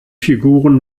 figuren